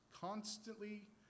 Constantly